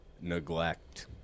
neglect